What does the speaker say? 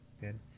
Good